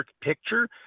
picture